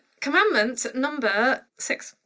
commandment number six.